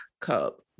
cup